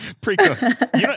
Pre-cooked